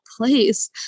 place